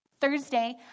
Thursday